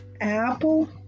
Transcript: Apple